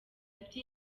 ati